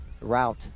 route